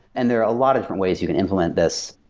and there are a lot of different ways you can influence this.